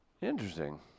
interesting